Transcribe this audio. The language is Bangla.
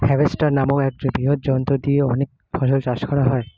হার্ভেস্টার নামক এক বৃহৎ যন্ত্র দিয়ে অনেক ফসল চাষ করা যায়